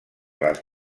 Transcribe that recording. les